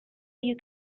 you